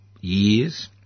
years